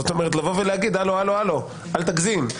זאת אומרת, לבוא ולהגיד: הלו, אל תגזים.